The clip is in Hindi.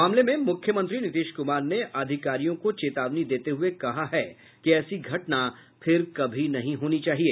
मामले में मुख्यमंत्री नीतीश कुमार ने अधिकारियों को चेतावनी देते हुए कहा है कि ऐसी घटना फिर कभी नहीं होनी चाहिए